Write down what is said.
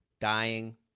dying